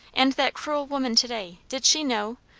and that cruel woman to-day! did she know,